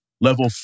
level